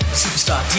superstar